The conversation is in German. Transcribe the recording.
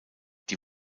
die